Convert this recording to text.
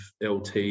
lt